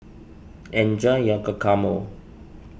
enjoy your Guacamole